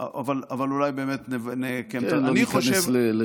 אבל אולי באמת --- כן, לא ניכנס לשנות.